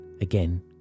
again